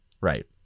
Right